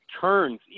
turns